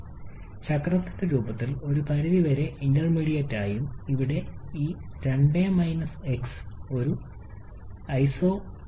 അതിനാൽ ഇരട്ട ജ്വലന ചക്രത്തിന്റെ രൂപത്തിൽ ഒരു പരിധിവരെ ഇന്റർമീഡിയറ്റ് ചക്രം നിർവചിക്കപ്പെടുന്നു അവിടെ ജ്വലനം ഭാഗികമായി സ്ഥിരമായ അളവിലും ഭാഗികമായി നിരന്തരമായ സമ്മർദ്ദത്തിലും സംഭവിക്കുന്നുവെന്ന് ദൃശ്യവൽക്കരിക്കുന്നു